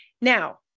Now